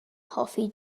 hoffi